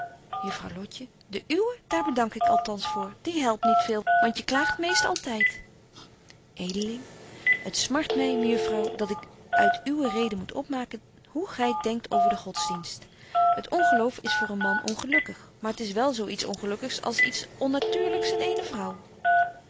juffrouw lotje de uwe daar bedank ik althans voor die helpt niet veel want je klaagt meest altyd edeling het smart my mejuffrouw dat ik uit uwe reden moet opmaken hoe gy denkt over den godsdienst t ongeloof is voor een man ongelukkig maar het is zo wel iets ongelukkigs als iets onnatuurlyks in eene vrouw